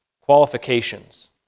qualifications